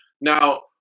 Now